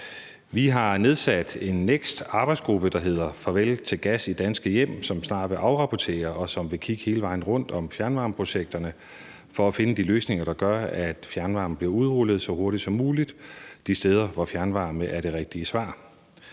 Vi har nedsat en NEKST-arbejdsgruppe, der hedder Farvel til gas i danske hjem, som snart vil afrapportere, og som vil kigge hele vejen rundt om fjernvarmeprojekterne for at finde de løsninger, der gør, at fjernvarmen bliver udrullet så hurtigt som muligt de steder, hvor fjernvarme er det rigtige svar.